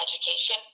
Education